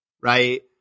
right